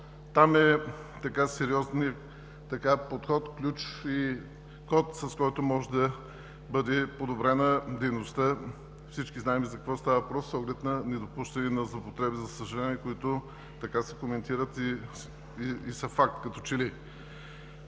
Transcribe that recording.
Там е сериозният подход, ключ и код, с който може да бъде подобрена дейността, всички знаем за какво става въпрос, с оглед на недопускане на злоупотреби, за съжаление, които се коментират и са факт. Във връзка